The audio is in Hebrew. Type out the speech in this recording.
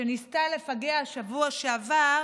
שניסתה לפגע שבוע שעבר